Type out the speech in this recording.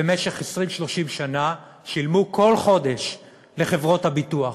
שבמשך 20,30 שנה שילמו כל חודש לחברות הביטוח,